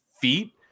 feet